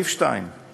העיקר השני, סעיף 2: